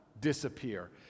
disappear